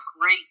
great